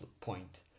point